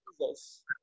Jesus